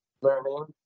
learning